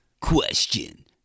Question